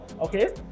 okay